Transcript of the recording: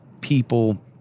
people